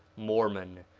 mormon,